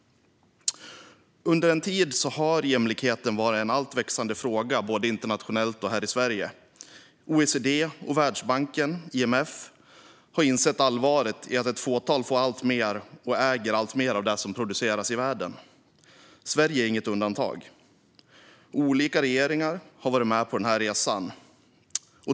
Under en tid har jämlikhet varit en växande fråga både internationellt och här i Sverige. OECD, Världsbanken och IMF har insett allvaret i att ett fåtal får alltmer och äger alltmer av det som produceras i världen. Sverige är inget undantag, och olika regeringar har varit med på denna resa.